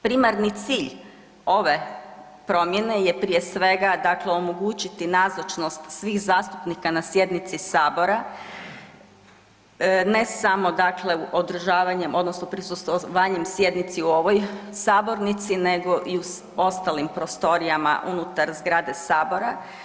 Primarni cilj ove promjene je prije svega, dakle omogućiti nazočnost svih zastupnika na sjednici sabora ne samo, dakle održavanjem odnosno prisustvovanjem sjednici u ovoj sabornici nego i u ostalim prostorijama unutar zgrade sabora.